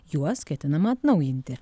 juos ketinama atnaujinti